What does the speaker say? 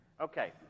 Okay